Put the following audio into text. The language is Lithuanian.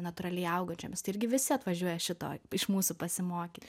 natūraliai augančiomis tai irgi visi atvažiuoja šito iš mūsų pasimokyt